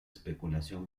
especulación